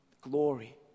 glory